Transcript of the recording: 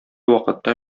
вакытта